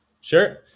Sure